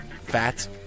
Fats